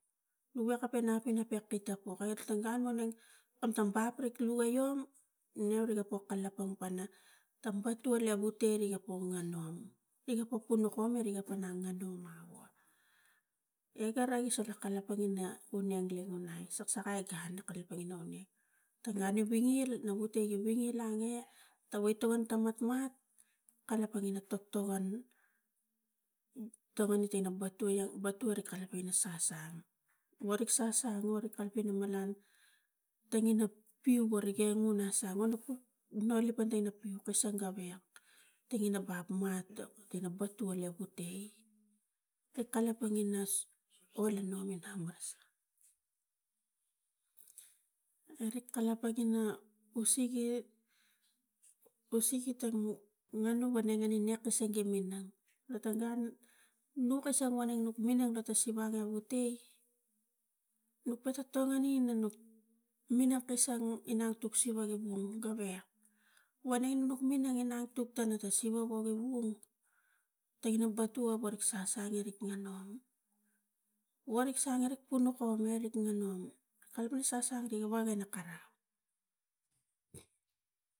Gawek ka panap ina pek pitapo kai tang gun woneng kam tam bap rik luvaiong ne riga po kalapang pana tam batuala vitai rik ka po ngan nu rika po punuk kom mare riga pana nganu mamot, igai rai sa ra kalapang ina ulenge unais saksakai gun ri kalapang ina una oneng ta, gun li vili no gute i vili ange tawai tugan ta matmat kalapang ina toktogon togon iting na batuia batur ri kalapang ina sasang worik sasang worik ap ina malang tangina piu warige ngun asang nguna lipa na ina piu kasang gawek tangina bap mat ina batuale na butai rik kalapang ina oli nomino, mara sakai nerik kalapang ina na usege usege tang nganu wani nek kuseng gi minang lo tang gun nuk kasang woneng nuk minang lo ta siva a vatai nuk pata tongini nuk minak kasang atuk siva gi mu gawek woneng nuk minang inang tuk tana ta siva wogi vung tare va batu worik sasang erik ngan nu worik sang worik ponu kame nik ngan num kalapang sasang da wa gi karau.